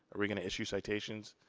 are we gonna issue citations,